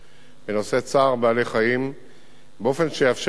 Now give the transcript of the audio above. בנושא צער בעלי-חיים באופן שיאפשר אכיפה